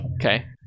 Okay